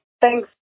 thanks